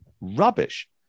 rubbish